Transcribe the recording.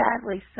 Sadly